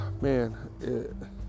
man